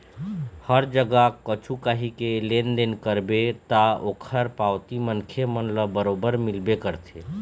हर जगा कछु काही के लेन देन करबे ता ओखर पावती मनखे मन ल बरोबर मिलबे करथे